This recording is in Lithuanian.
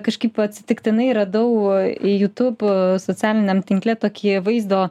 kažkaip atsitiktinai radau youtube socialiniam tinkle tokį vaizdo